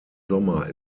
sommer